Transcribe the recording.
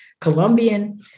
Colombian